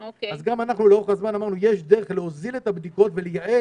אז גם אנחנו לאורך הזמן אמרנו שיש דרך להוזיל את הבדיקות ולייעל